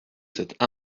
cet